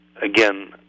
again